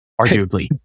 arguably